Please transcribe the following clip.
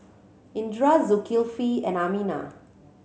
Indra Zulkifli and Aminah